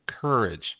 courage